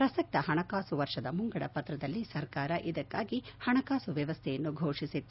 ಪ್ರಸಕ್ತ ಹಣಕಾಸು ವರ್ಷದ ಮುಂಗಡಪತ್ರದಲ್ಲಿ ಸರ್ಕಾರ ಇದಕ್ಕಾಗಿ ಹಣಕಾಸು ವ್ಯವಸ್ಥೆಯನ್ನು ಫೋಷಿಸಿತ್ತು